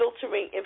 filtering